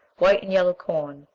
white and yellow corn,